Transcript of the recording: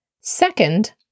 Second